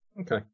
Okay